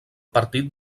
partit